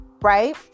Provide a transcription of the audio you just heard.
right